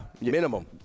minimum